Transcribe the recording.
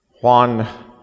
Juan